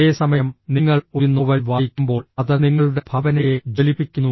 അതേസമയം നിങ്ങൾ ഒരു നോവൽ വായിക്കുമ്പോൾ അത് നിങ്ങളുടെ ഭാവനയെ ജ്വലിപ്പിക്കുന്നു